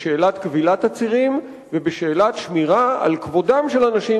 בשאלת כבילת עצירים ובשאלת שמירה על כבודם של אנשים,